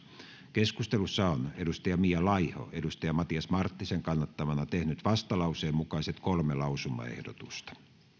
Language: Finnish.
keskustelussa on mia laiho matias marttisen kannattamana tehnyt vastalauseen mukaiset kolme lausumaehdotusta